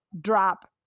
drop